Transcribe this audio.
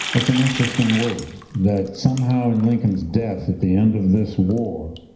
that's an interesting word, that somehow in lincoln's death at the end of this war,